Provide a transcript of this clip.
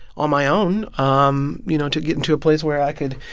on my own, um you know, to get into a place where i could